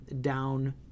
down